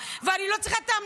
אני לא צריכה את הטיפים שלך,